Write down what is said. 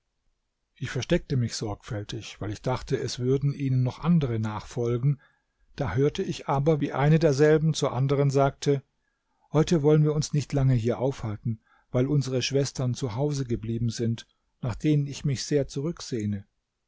ich versteckte mich sorgfältig weil ich dachte es würden ihnen noch andere nachfolgen da hörte ich aber wie eine derselben zur anderen sagte heute wollen wir uns nicht lange hier aufhalten weil unsere schwestern zu hause geblieben sind nach denen ich mich sehr zurücksehne